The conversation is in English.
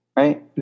Right